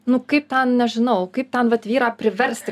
nu kaip ten nežinau kaip ten vat vyrą priversti